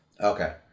Okay